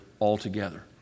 altogether